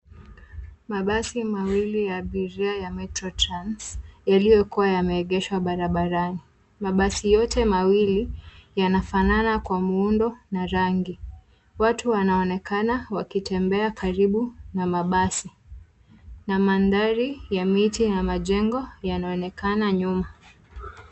Mabasi mawili ya abiria ya metro trans, yaliyokuwa yameegeshwa barabarani. Mabasi yote mawili yanafanana kwa muundo na rangi. Watu wanaonekana wakitembea karibu na mabasi. Na mandhari ya miti na majengo yanaonekana nyuma.